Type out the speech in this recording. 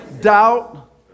Doubt